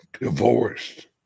divorced